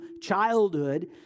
childhood